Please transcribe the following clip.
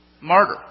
Martyr